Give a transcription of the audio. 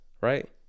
right